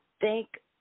Thank